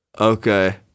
Okay